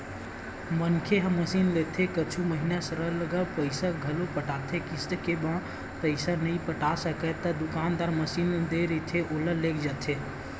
मनखे ह मसीनलेथे कुछु महिना सरलग पइसा घलो पटाथे किस्ती के बाद म पइसा नइ पटा सकय ता दुकानदार मसीन दे रहिथे ओला लेग जाथे